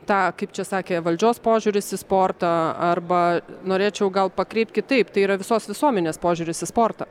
tą kaip čia sakė valdžios požiūris į sportą arba norėčiau gal pakreipt kitaip tai yra visos visuomenės požiūris į sportą